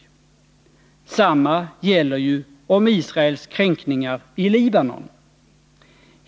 25 november 1981 Detsamma gäller om Israels kränkningar i Libanon.